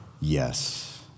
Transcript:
yes